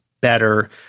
better